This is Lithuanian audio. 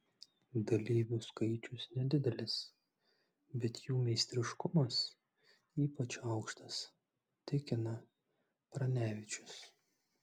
dalyvių skaičius nedidelis bet jų meistriškumas ypač aukštas tikina pranevičius